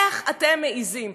איך אתם מעזים?